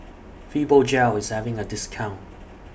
Fibogel IS having A discount